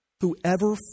Whoever